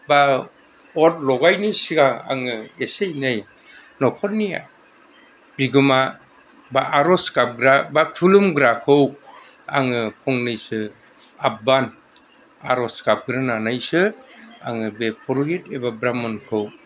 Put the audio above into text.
बा अर लगायैनि सिगां आङो एसे एनै न'खरनि बिगोमा बा आर'ज गाबग्रा बा खुलुमग्राखौ आङो फंनैसो आगबान आर'ज गाबगोरनानैसो आङो बे परहित एबा ब्राह्मनखौ